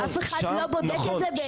אף אחד לא בודק את כולם.